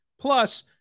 Plus